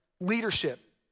Leadership